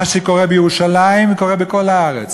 מה שקורה בירושלים קורה בכל הארץ.